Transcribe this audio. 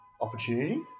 opportunity